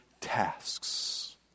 tasks